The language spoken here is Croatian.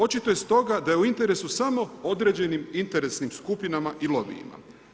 Očito je stoga, da je u interesu samo određenim interesnim skupinama i lobijima.